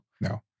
no